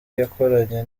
yakoranye